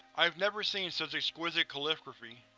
i've never seen such exquisite calligraphy.